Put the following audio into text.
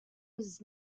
his